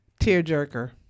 tearjerker